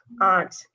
aunt